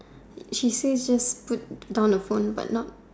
she say just put down the phone but not